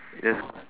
yes g~